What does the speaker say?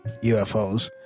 UFOs